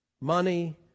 money